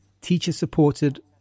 teacher-supported